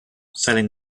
selling